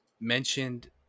mentioned